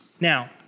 Now